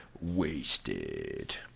wasted